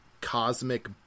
cosmic